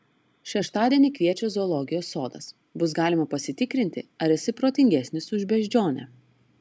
šeštadienį kviečia zoologijos sodas bus galima pasitikrinti ar esi protingesnis už beždžionę